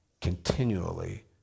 continually